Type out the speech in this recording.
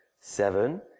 seven